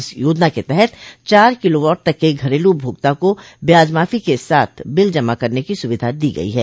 इस योजना के तहत चार किलोवाट तक के घरेलु उपभोक्ता को ब्याजमाफी के साथ बिल जमा करने की सुविधा दी गई है